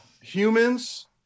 humans